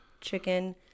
chicken